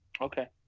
Okay